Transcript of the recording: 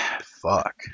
Fuck